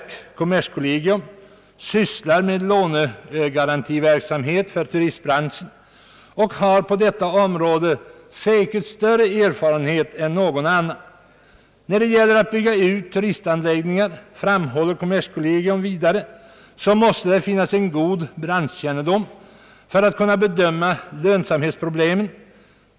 Kommerskollegium sysslar med lånegarantiverksamhet för turistbranschen och har på detta område säkert större erfarenhet än någon annan instans. När det gäller att bygga ut turistanläggningar, framhåller kommerskollegium vidare, måste det finnas en god branschkännedom för att kunna bedöma lönsamhetsproblemen.